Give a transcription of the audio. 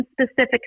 specific